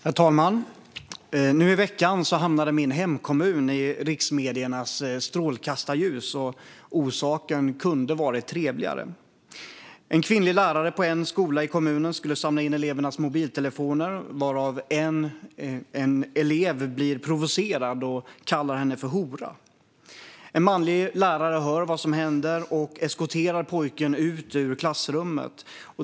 Herr talman! Nu i veckan hamnade min hemkommun i riksmediernas strålkastarljus. Orsaken kunde ha varit trevligare. En kvinnlig lärare på en skola i kommunen skulle samla in elevernas mobiltelefoner. En elev blir provocerad och kallar henne för hora. En manlig lärare hör vad som händer och eskorterar pojken ut ur klassrummet.